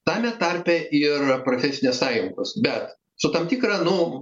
tame tarpe ir profesinės sąjungos bet su tam tikra nu